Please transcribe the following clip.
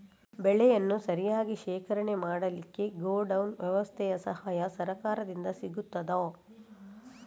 ಬೆಳೆಯನ್ನು ಸರಿಯಾಗಿ ಶೇಖರಣೆ ಮಾಡಲಿಕ್ಕೆ ಗೋಡೌನ್ ವ್ಯವಸ್ಥೆಯ ಸಹಾಯ ಸರಕಾರದಿಂದ ಸಿಗುತ್ತದಾ?